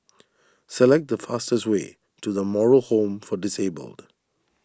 select the fastest way to the Moral Home for Disabled